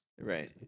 Right